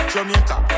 Jamaica